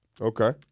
Okay